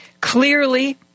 Clearly